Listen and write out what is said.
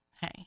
hey